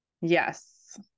yes